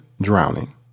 drowning